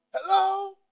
Hello